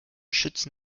schützen